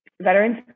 veterans